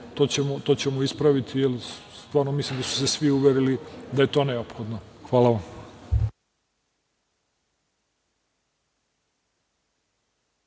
to ćemo ispraviti, jer stvarno mislim da su se svi uverili da je to neophodno. Hvala vam.